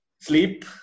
sleep